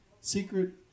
secret